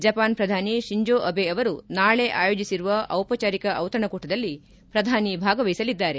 Japan ಪ್ರಧಾನಿ Shinzo Abe ಅವರು ನಾಳೆ ಆಯೋಜಿಸಿರುವ ಔಪಚಾರಿಕ ಔತಣಕೂಟದಲ್ಲಿ ಪ್ರಧಾನಿ ಭಾಗವಹಿಸಲಿದ್ದಾರೆ